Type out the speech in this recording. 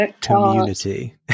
community